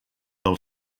del